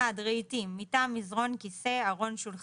רהיטים - מיטה, מזרן, כיסא, ארון, שולחן.